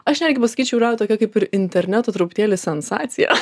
aš netgi pasakyčiau yra tokia kaip ir interneto truputėlį sensacija